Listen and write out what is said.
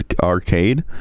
Arcade